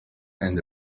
and